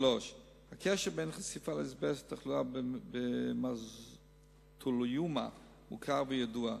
3. הקשר בין חשיפה לאזבסט לתחלואה במזותליומה מוכר וידוע.